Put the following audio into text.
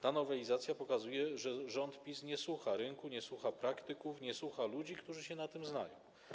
Ta nowelizacja pokazuje, że rząd PiS nie słucha rynku, nie słucha praktyków, nie słucha ludzi, którzy się na tym znają.